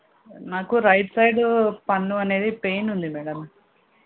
నాకు right side పన్ను అనేది పెయిన్ ఉంది మేడమ్